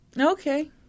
Okay